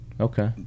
Okay